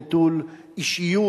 נטול אישיות,